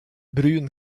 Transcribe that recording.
brun